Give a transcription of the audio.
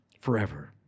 forever